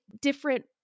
different